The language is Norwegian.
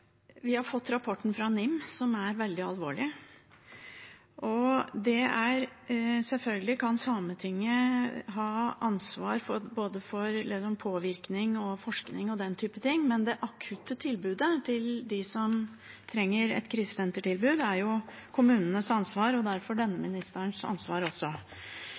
Vi har fått rapporten fra Norges institusjon for menneskerettigheter, NIM, som er veldig alvorlig. Selvfølgelig kan Sametinget ha ansvar for både påvirkning og forskning og slike ting, men det akutte tilbudet til dem som trenger et krisesentertilbud, er jo kommunenes ansvar og derfor denne ministerens ansvar også.